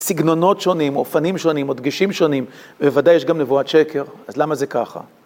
סגנונות שונים, אופנים שונים, או דגשים שונים, בוודאי יש גם נבואת שקר, אז למה זה ככה?